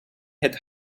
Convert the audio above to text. had